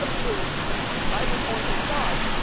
who i was on his side.